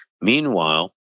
meanwhile